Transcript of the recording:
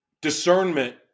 Discernment